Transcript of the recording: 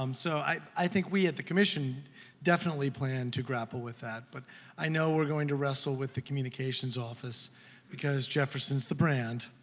um so i think we at the commission definitely plan to grapple with that, but i know we're going to wrestle with the communications office because jefferson's the brand.